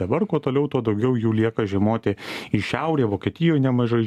dabar kuo toliau tuo daugiau jų lieka žiemoti į šiaurę vokietijoj nemažai